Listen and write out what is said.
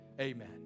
Amen